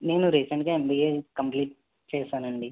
నేను రీసెంట్గా MBA complete చేశానండి